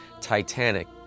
Titanic